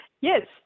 Yes